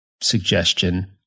suggestion